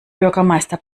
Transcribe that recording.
bürgermeister